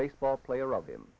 baseball player of him